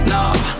Nah